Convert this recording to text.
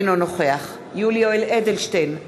אינו נוכח יולי יואל אדלשטיין,